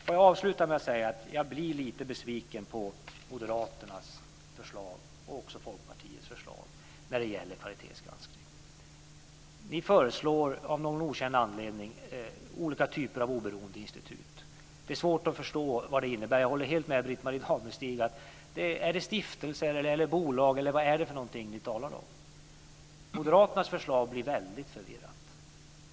Jag vill avsluta med att säga att jag blir lite besviken på Moderaternas förslag och också på Folkpartiets förslag när det gäller kvalitetsgranskning. Ni föreslår, av någon okänd anledning, olika typer av oberoende institut. Det är svårt att förstå vad det innebär. Jag håller helt med Britt-Marie Danestig där. Gäller det stiftelser eller bolag, eller vad är det ni talar om? Moderaternas förslag blir väldigt förvirrat.